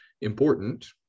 important